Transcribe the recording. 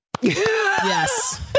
yes